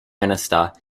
minister